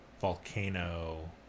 Volcano